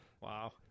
Wow